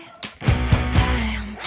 time